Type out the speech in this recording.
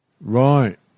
Right